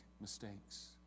mistakes